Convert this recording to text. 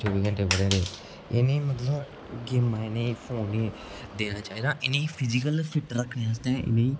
एह् नेईं मतलब कि इ'नेंगी फोन नेईं देना चाहिदा फिजीकल फिट रक्खने आस्तै बी